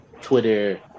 twitter